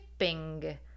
shipping